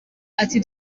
ati